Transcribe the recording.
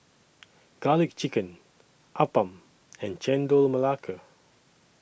Garlic Chicken Appam and Chendol Melaka